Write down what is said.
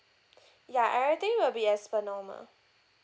ya everything will be as per normal